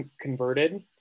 converted